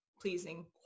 pleasing